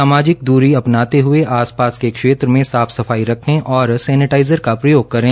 सामाजिक दूरी अपनाते हए आस पास के क्षेत्र में साफ सफाई रखें और सैनेटाईजर का प्रयोग करें